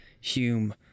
Hume